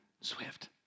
Swift